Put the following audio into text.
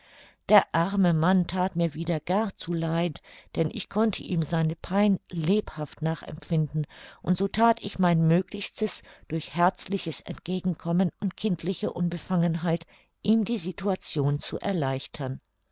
der arme mann that mir wieder gar zu leid denn ich konnte ihm seine pein lebhaft nachempfinden und so that ich mein möglichstes durch herzliches entgegenkommen und kindliche unbefangenheit ihm die situation zu erleichtern